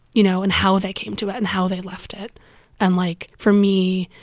you know, and how they came to it and how they left it and like, for me,